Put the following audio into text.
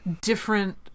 different